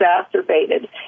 exacerbated